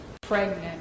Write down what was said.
pregnant